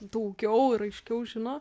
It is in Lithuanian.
daugiau ir aiškiau žino